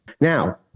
Now